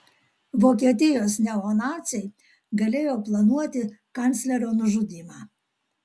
vokietijos neonaciai galėjo planuoti kanclerio nužudymą